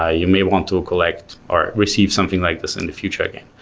ah you may want to collect, or receive something like this in the future again.